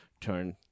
turn